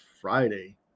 friday